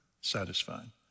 satisfying